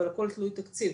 אבל הכל תלוי תקציב.